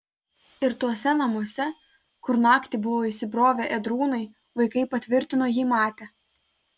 ir tuose namuose kur naktį buvo įsibrovę ėdrūnai vaikai patvirtino jį matę